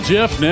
Jeff